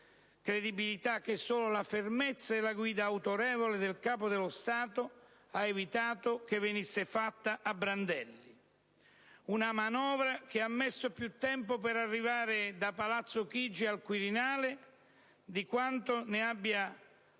credibilità che solo la fermezza e la guida autorevole del Capo dello Stato hanno evitato che venisse fatta a brandelli. È una manovra che ha impiegato più tempo per arrivare da Palazzo Chigi al Quirinale, di quanto ne abbia